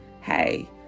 Hey